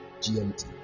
GMT